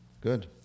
Good